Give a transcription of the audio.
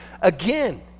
again